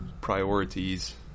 priorities